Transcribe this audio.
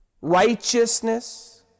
righteousness